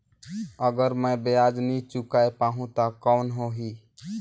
अगर मै ब्याज नी चुकाय पाहुं ता कौन हो ही?